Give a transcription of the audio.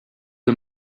him